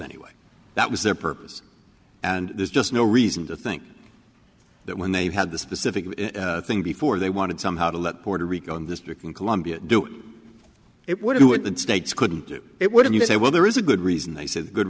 anyway that was their purpose and there's just no reason to think that when they had the specific thing before they wanted somehow to let puerto rico and district of columbia it would do it the states couldn't do it wouldn't you say well there is a good reason they said good